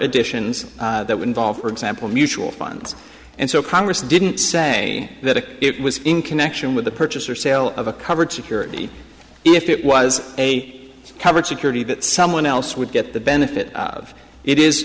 additions that would involve for example mutual funds and so congress didn't say that if it was in connection with the purchase or sale of a covered security if it was a covered security that someone else would get the benefit of it is